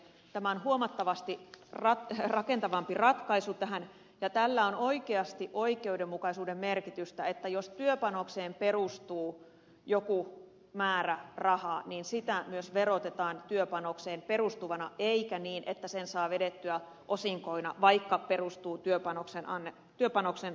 tämä on huomattavasti rakentavampi ratkaisu tähän ja sillä on oikeasti oikeudenmukaisuuden merkitystä että jos työpanokseen perustuu joku määrä rahaa niin sitä myös verotetaan työpanokseen perustuvana eikä niin että sen saa vedettyä osinkoina vaikka se perustuu työpanoksen antamiseen